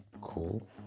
cool